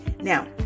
Now